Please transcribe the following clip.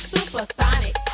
Supersonic